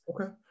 okay